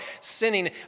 sinning